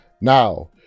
Now